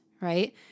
right